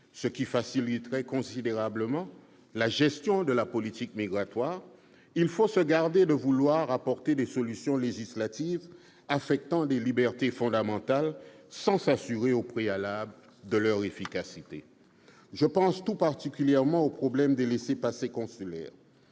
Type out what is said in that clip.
ce qui faciliterait considérablement la gestion de la politique migratoire, il faut se garder de vouloir apporter des solutions législatives affectant les libertés fondamentales sans s'assurer au préalable de leur efficacité. Je pense tout particulièrement au problème des laissez-passer consulaires.